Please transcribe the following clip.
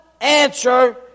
Answer